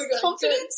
confidence